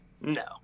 No